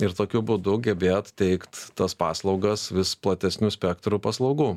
ir tokiu būdu gebėt teikt tas paslaugas vis platesniu spektru paslaugų